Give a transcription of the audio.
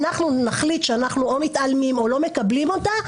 שאנחנו נחליט שאנחנו מתעלמים או לא מקבלים אותה,